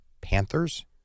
Panthers